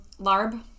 larb